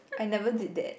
I never did that